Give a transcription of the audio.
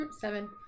Seven